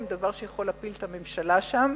דבר שיכול להפיל את הממשלה שם.